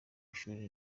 ishuri